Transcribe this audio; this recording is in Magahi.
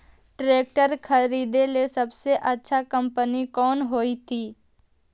ट्रैक्टर खरीदेला सबसे अच्छा कंपनी कौन होतई?